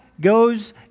goes